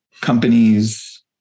companies